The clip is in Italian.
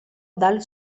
dal